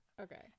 Okay